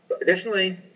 additionally